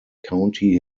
county